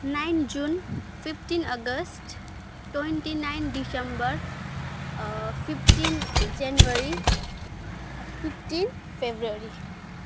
nine June fifteen August twenty nine December fifteen January fifteen February